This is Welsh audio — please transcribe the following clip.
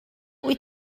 wyt